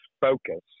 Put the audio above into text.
focus